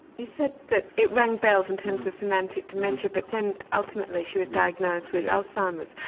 you said that it rang bells in terms of semantic dementia but then ultimately she was diagnosed with alzheimer's.